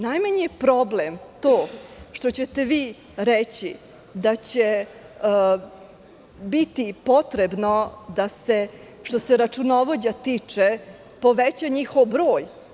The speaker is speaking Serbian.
Najmanji je problem to što ćete vi reći da će biti potrebno da se, što se računovođa tiče, poveća njihov broj.